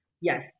yes